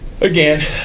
Again